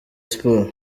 sports